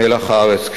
מלח הארץ.